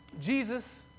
Jesus